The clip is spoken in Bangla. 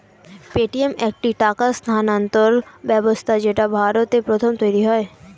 পেটিএম একটি টাকা স্থানান্তর ব্যবস্থা যেটা ভারতে প্রথম তৈরী হয়